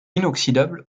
inoxydable